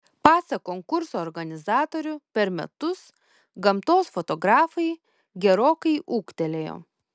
pasak konkurso organizatorių per metus gamtos fotografai gerokai ūgtelėjo